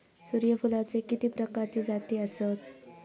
सूर्यफूलाचे किती प्रकारचे जाती आसत?